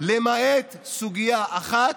למעט סוגיה אחת,